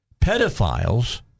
pedophiles